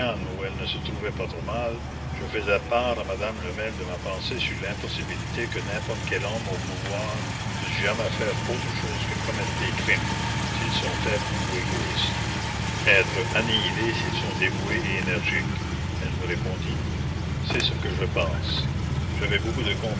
elle ne se trouvait pas trop mal je faisais part à madame lemel de ma pensée sur l'impossibilité que n'importe quels hommes au pouvoir pussent jamais faire autre chose que commettre des crimes s'ils sont faibles ou égoïstes être annihilés s'ils sont dévoués et énergiques elle me répondit c'est ce que je pense j'avais beaucoup de